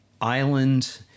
island